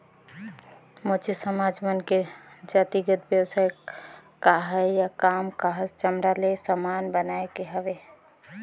मोची समाज मन के जातिगत बेवसाय काहय या काम काहस चमड़ा ले समान बनाए के हवे